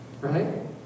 right